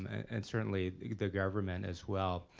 and certainly the government as well.